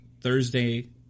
Thursday